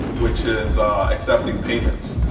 which is accepting payments.